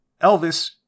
Elvis